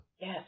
Yes